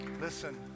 Listen